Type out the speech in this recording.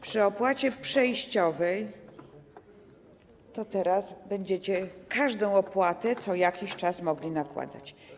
Przy tej opłacie przejściowej to teraz będziecie każdą opłatę co jakiś czas mogli nakładać.